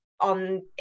on